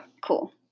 Cool